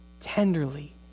tenderly